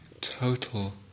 total